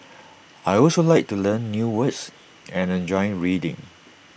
I also like to learn new words and I enjoy reading